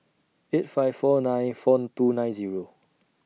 eight five four nine four two nine Zero